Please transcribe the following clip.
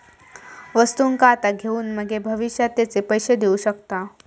वस्तुंका आता घेऊन मगे भविष्यात तेचे पैशे देऊ शकताव